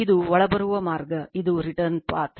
ಇದು ಒಳಬರುವ ಮಾರ್ಗ ಇದು ರಿಟರ್ನ್ ಪಥ